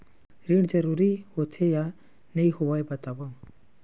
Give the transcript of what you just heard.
ऋण जरूरी होथे या नहीं होवाए बतावव?